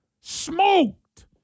smoked